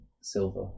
Silver